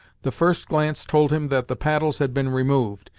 the first glance told him that the paddles had been removed!